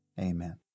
Amen